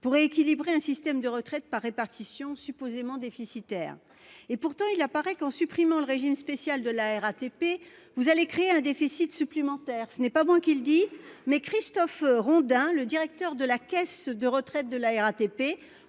pour rééquilibrer un système de retraite par répartition supposément déficitaire. Pourtant, il apparaît qu'en supprimant le régime spécial de la RATP, vous allez créer un déficit supplémentaire. Ce n'est pas moi qui le dis, mais Christophe Rolin, le directeur de la caisse de retraite de la RATP,